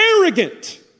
arrogant